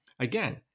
Again